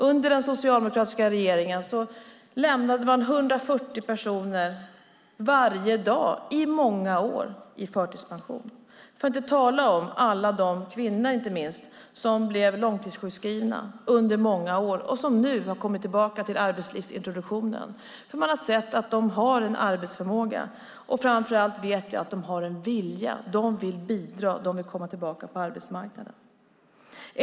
Under den socialdemokratiska regeringen lämnade man 140 personer i förtidspension varje dag i många år, för att inte tala om alla de inte minst kvinnor som blev långtidssjukskrivna under många år och som nu har kommit tillbaka till arbetslivsintroduktionen då man sett att de har en arbetsförmåga. Och framför allt vet jag att de har en vilja: De vill bidra. De vill komma tillbaka på arbetsmarknaden.